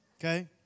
Okay